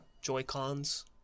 Joy-Cons